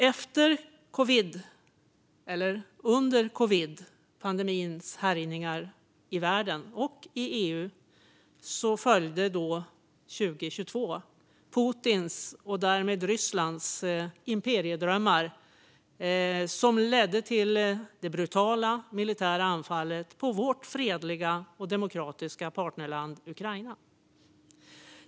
Efter - eller egentligen under - covidpandemins härjningar i världen och i EU ledde 2022 Putins och därmed Rysslands imperiedrömmar till det brutala militära anfallet på vårt fredliga och demokratiska partnerland Ukraina.